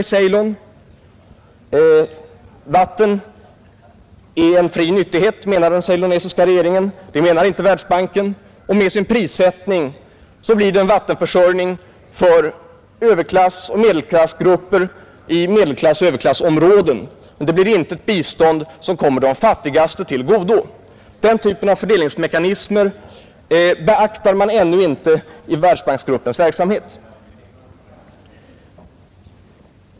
Regeringen i Ceylon menar att vatten bör vara en fri nyttighet, men det gör inte Världsbanken. Med den prissättning som sker blir det en vattenförsörjning för överklassoch medelklassgrupper i överklassoch medelklassområden. Det blir inte ett bistånd som kommer de fattigaste till godo. Den typen av fördelningsmekanism beaktar man ännu inte i Världsbanksgruppens verksamhet.